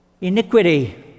iniquity